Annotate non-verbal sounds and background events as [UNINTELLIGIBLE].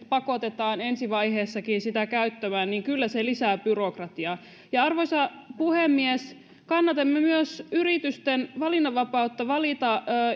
[UNINTELLIGIBLE] pakotetaan ensi vaiheessakin sitä käyttämään kyllä lisää byrokratiaa arvoisa puhemies kannatamme myös yritysten valinnanvapautta valita